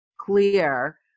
clear